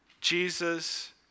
Jesus